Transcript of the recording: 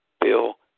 Bill